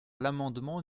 l’amendement